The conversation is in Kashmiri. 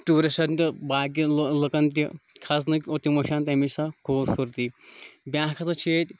ٹیٚوٗرِسٹَن تہٕ باقٕیَن لہٕ لُکَن تہِ کھَسنٕکۍ اور تِم وٕچھ ہَن تَمِچ سۄ خوٗبصوٗرتی بیٛاکھ ہَسا چھِ ییٚتہِ